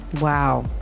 wow